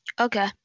Okay